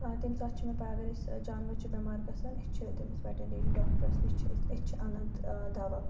تَمہِ ساتہٕ چھِ مےٚ پَے اگر أسۍ جانوَر چھِ بٮ۪مار گَژھان أسۍ چھِ تیٚمِس ویٹٔنٔری ڈاکٹرَس نِش چھِ أسۍ أسۍ چھِ اَنان دَوا